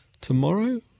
tomorrow